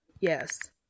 Yes